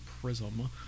prism